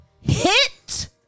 hit